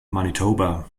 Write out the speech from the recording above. manitoba